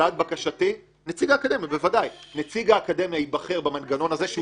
נציג האקדמיה ייבחר במנגנון הזה,